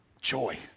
Joy